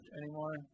anymore